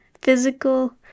Physical